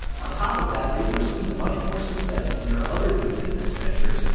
on top of that they were seeing much more success in their other new business ventures,